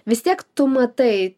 vis tiek tu matai